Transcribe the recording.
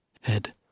head